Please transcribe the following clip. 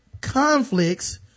conflicts